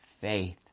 faith